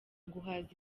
guhaza